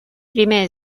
primer